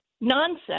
Nonsense